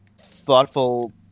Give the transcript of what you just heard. thoughtful